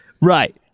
Right